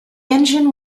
engine